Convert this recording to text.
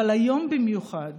אבל היום במיוחד